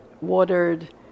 watered